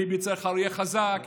ביבי צריך אריה חזק,